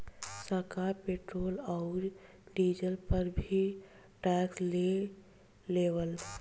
सरकार पेट्रोल औरी डीजल पर भी टैक्स ले लेवेला